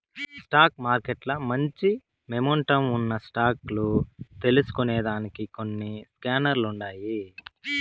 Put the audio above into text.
stock మార్కెట్ల మంచి momentum ఉన్న స్టాక్ లు తెల్సుకొనేదానికి కొన్ని స్కానర్లుండాయి